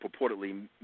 purportedly